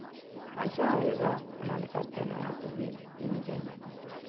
ᱯᱟᱭᱥᱟ ᱦᱩᱭᱩᱜᱼᱟ ᱚᱱᱟᱞᱮᱠᱟᱛᱮ ᱱᱚᱣᱟ ᱠᱚᱜᱮ ᱤᱧ ᱫᱩᱧ